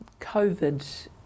COVID